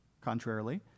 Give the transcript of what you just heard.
contrarily